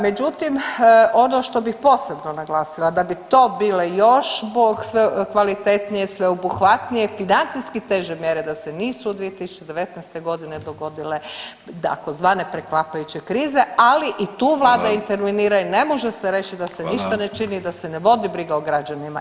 Međutim, ono što bih posebno naglasila, da bi to bile još kvalitetnije, sveobuhvatnije, financijski teže mjere da se nisu 2019. g. dogodile tzv. preklapajuće krize, ali i tu Vlada intervenira [[Upadica: Hvala.]] i ne može se reći da se ništa ne čini [[Upadica: Hvala.]] i da se ne vodi briga o građanima.